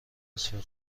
بسیار